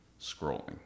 scrolling